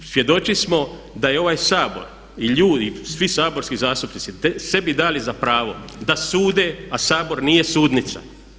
Svjedoci smo da je ovaj Sabor i ljudi, svi saborski zastupnici sebi dali za pravo da sude a Sabor nije sudnica.